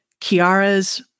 Kiara's